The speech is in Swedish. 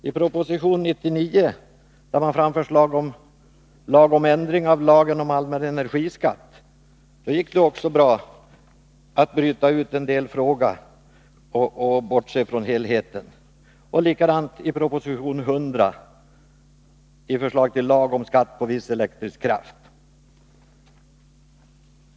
I proposition 99 lade man fram förslag till lag om ändring i lagen om allmän energiskatt, och då gick det också bra att bryta ut en delfråga och bortse från helheten. Likadant var det i proposition 100 med förslag till lag om skatt på viss elektrisk kraft.